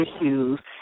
issues